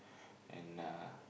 and uh